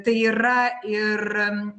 tai yra ir